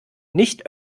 nicht